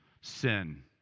sin